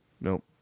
Nope